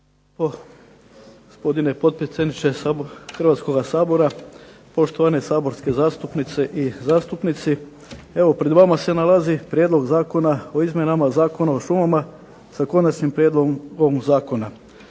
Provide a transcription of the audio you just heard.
Gospodine potpredsjedniče Hrvatskoga sabora, poštovane saborske zastupnice i zastupnici. Evo pred vama se nalazi Prijedlog zakona o izmjenama Zakona o šumama sa konačnim prijedlogom zakona.